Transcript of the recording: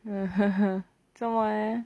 haha 做么 leh